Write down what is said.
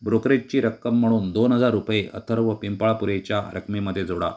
ब्रोकरेजची रक्कम म्हणून दोन हजार रुपये अथर्व पिंपाळपुरेच्या रकमेमध्ये जोडा